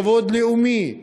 לכבוד לאומי.